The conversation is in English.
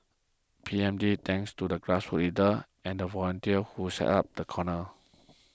P M Lee thanks to the grassroots leaders and volunteers who set up the corner